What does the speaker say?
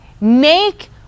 make